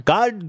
God